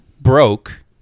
broke